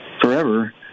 forever